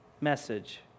message